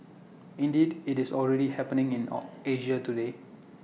indeed IT is already happening in Asia today